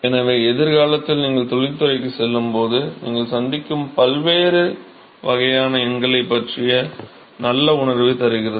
எனவே எதிர்காலத்தில் நீங்கள் தொழிற்சாலைக்கு செல்லும்போது நீங்கள் சந்திக்கும் பல்வேறு வகையான எண்களைப் பற்றிய நல்ல உணர்வைத் தருகிறது